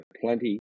plenty